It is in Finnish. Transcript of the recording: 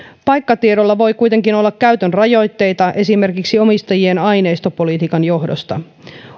paikkatiedolla voi kuitenkin olla käytön rajoitteita esimerkiksi omistajien aineistopolitiikan johdosta